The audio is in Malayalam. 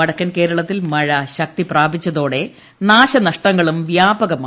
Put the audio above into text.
വടക്കൻ കേരളത്തിൽ മഴ ശക്തിപ്രാപിച്ചതോടെ നാശനഷ്ടങ്ങളും വ്യാപകമായി